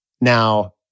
Now